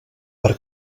per